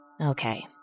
Okay